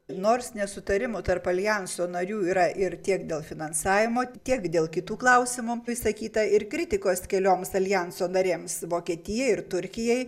nors nesutarimų tarp aljanso narių yra ir tiek dėl finansavimo tiek dėl kitų klausimų išsakyta ir kritikos kelioms aljanso narėms vokietijai ir turkijai